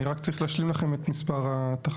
אני רק צריך להשלים לכם את מספר התחנות.